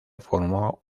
formó